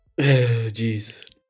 Jeez